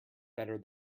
better